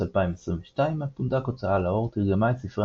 באוגוסט 2022 הפונדק הוצאה לאור תרגמה את ספרי